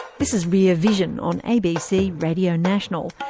this is rear vision on abc radio national.